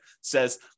says